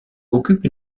occupe